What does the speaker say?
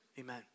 Amen